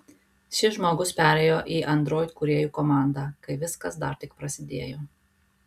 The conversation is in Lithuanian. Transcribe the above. šis žmogus perėjo į android kūrėjų komandą kai viskas dar tik prasidėjo